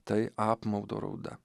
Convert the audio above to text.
tai apmaudo rauda